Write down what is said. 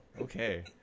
okay